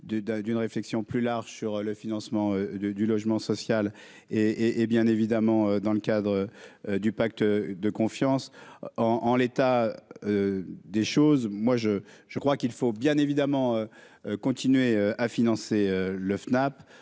d'une réflexion plus large sur le financement du logement social et hé hé bien évidemment dans le cadre du pacte de confiance en en l'état des choses, moi je, je crois qu'il faut bien évidemment continuer à financer le FNAP